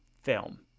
film